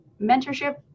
mentorship